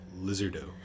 Lizardo